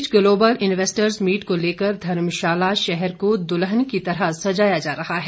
इस बीच global investors meet को लेकर धर्मशाला शहर को दुल्हन की तरह सजाया जा रहा हैं